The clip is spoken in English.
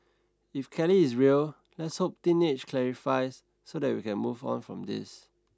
if Kelly is real let's hope teenage clarifies so that we can move on from this